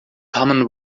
common